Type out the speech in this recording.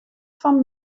fan